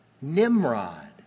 Nimrod